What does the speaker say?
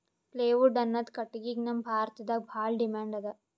plywood ಅನ್ನದ್ ಕಟ್ಟಗಿಗ್ ನಮ್ ಭಾರತದಾಗ್ ಭಾಳ್ ಡಿಮ್ಯಾಂಡ್ ಅದಾ